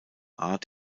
art